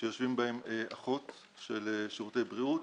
שיושבים בהן אחות של שירותי בריאות,